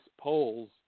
polls